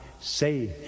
say